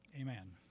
amen